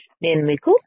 నేను మీకు చూపించాను